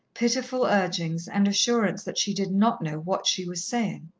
pitiful urgings and assurance that she did not know what she was saying.